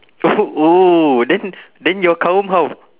oh then then your kaum how